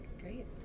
Great